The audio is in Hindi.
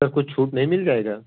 सर कुछ छूट नहीं मिल जाएगा